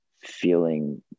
feeling